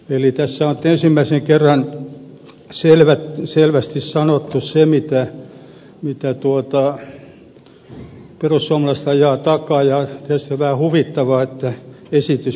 eli tässä on nyt ensimmäisen kerran selvästi sanottu se mitä perussuomalaiset ajavat takaa ja tietysti on vähän huvittavaa että esitys pitäisi hylätä